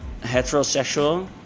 heterosexual